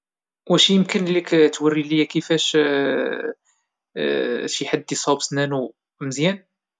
واش يمكن ليك توري لي كيفاش شي حد يصاوب سنانو مزيان؟